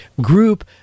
group